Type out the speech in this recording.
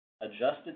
adjusted